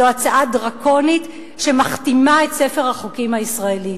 זו הצעה דרקונית, שמכתימה את ספר החוקים הישראלי.